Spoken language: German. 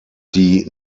die